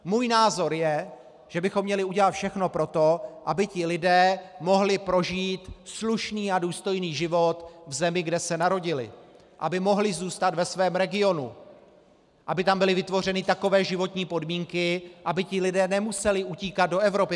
Můj názor je, že bychom měli udělat všechno pro to, aby ti lidé mohli prožít slušný a důstojný život v zemi, kde se narodili, aby mohli zůstat ve svém regionu, aby tam byly vytvořeny takové životní podmínky, aby ti lidé nemuseli utíkat do Evropy.